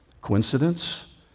Coincidence